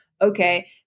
okay